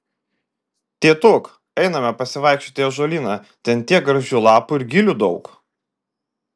tėtuk einame pasivaikščioti į ąžuolyną ten tiek gražių lapų ir gilių daug